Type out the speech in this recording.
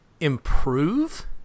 improve